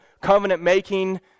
covenant-making